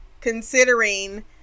considering